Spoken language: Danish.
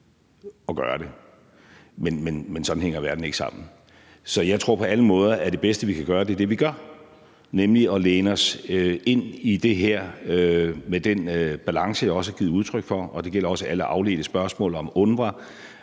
at gøre det, men sådan hænger verden ikke sammen. Så jeg tror på alle måder, at det bedste, vi kan gøre, er det, vi gør, nemlig at læne os ind i det her med den balance, jeg også har beskrevet, og det gælder også alle afledte spørgsmål om UNRWA